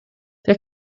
der